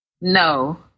No